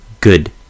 good